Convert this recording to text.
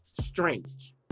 strange